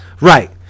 Right